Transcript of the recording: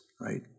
right